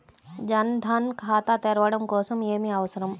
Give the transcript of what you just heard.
జన్ ధన్ ఖాతా తెరవడం కోసం ఏమి అవసరం?